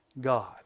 God